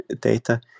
data